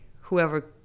whoever